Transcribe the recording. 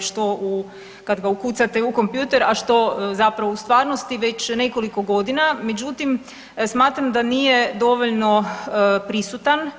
što u kad ga ukucate u kompjuter, a što zapravo u stvarnosti već nekoliko godina međutim, smatram da nije dovoljno prisutan.